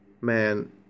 man